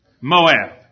Moab